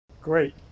Great